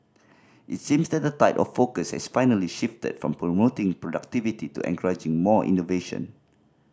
it seems that the tide of focus has finally shifted from promoting productivity to encouraging more innovation